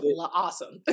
awesome